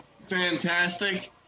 fantastic